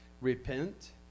Repent